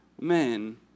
men